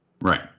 right